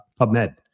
PubMed